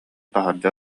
таһырдьа